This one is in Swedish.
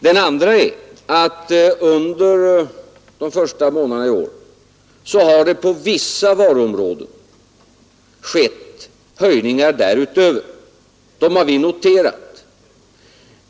Den andra är att under de första månaderna i år har det på vissa varuområden skett höjningar därutöver. Dem har vi noterat.